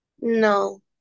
No